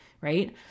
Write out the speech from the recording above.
right